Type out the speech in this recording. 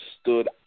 stood